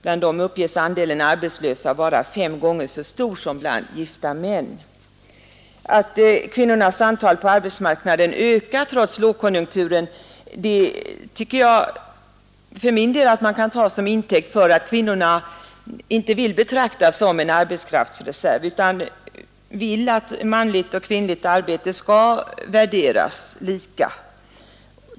Bland dem uppges andelen arbetslösa vara fem gånger så stor som bland gifta män. Att kvinnornas antal på arbetsmarknaden ökar trots lågkonjunkturen kan man enligt min uppfattning ta som intäkt för att kvinnorna inte vill betraktas som en arbetskraftsreserv utan vill att manligt och kvinnligt arbete skall värderas lika.